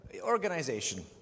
Organization